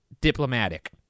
diplomatic